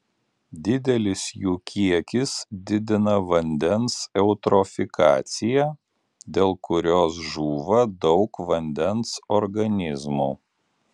didelis jų kiekis didina vandens eutrofikaciją dėl kurios žūva daug vandens organizmų